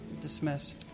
Dismissed